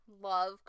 love